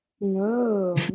No